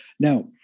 Now